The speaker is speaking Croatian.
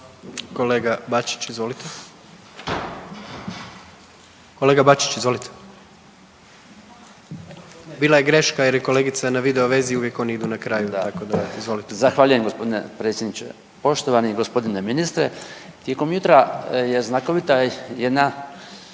Kolega Bačić, izvolite, bila je greška jer je kolegica na video vezi oni uvijek oni idu na kraju, tako da izvolite. **Bačić, Branko (HDZ)** Zahvaljujem g. predsjedniče. Poštovani g. ministre. Tijekom jutra je znakovita jedna